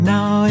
Now